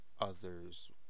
others